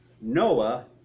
Noah